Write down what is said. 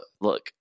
look